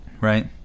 Right